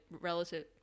relative